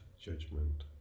judgment